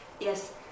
Yes